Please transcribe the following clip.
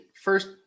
first